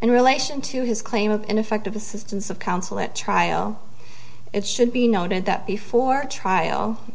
in relation to his claim of ineffective assistance of counsel at trial it should be noted that before trial